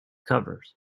covers